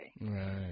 Right